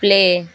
play